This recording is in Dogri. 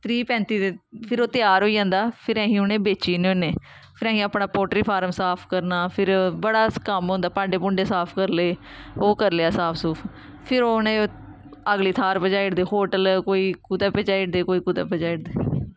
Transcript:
त्रीह् पैंत्ती फिर ओह् त्यार होई जंदा फिर असें उनेंगी बेची ओड़ने होन्ने फिर असें अपना पोल्ट्री फार्म साफ करना फिर बड़ा कम्म होंदा भांडे भूंडे साफ करी ले ओह् करी लेआ साफ सूफ फिर उ'नेंगी अगली थाह्र पजाई ओड़दे होटल कोई कुतै पजाई ओड़दे कोई कुदै पजाई ओड़दे